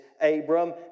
Abram